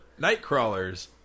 Nightcrawlers